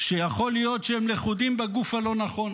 שיכול להיות שהם לכודים בגוף הלא-נכון,